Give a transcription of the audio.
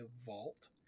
vault